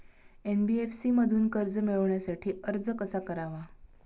NBFC मधून कर्ज मिळवण्यासाठी अर्ज कसा करावा?